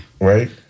Right